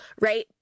right